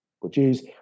produce